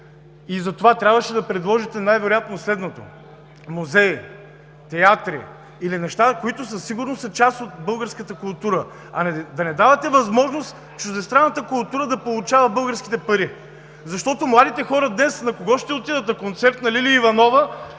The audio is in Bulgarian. И затова трябваше да предложите най-вероятно следното: музеи, театри или неща, които със сигурност са част от българската култура, а не да давате възможност чуждестранната култура да получава българските пари. Защото младите хора днес на кого ще отидат: на концерт на Лили Иванова